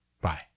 Bye